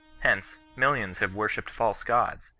hence, millions have worshipped false gods,